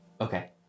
Okay